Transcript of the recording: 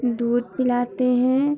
दूध पिलाते हैं